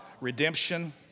redemption